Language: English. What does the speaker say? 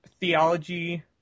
theology